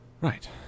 Right